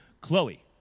Chloe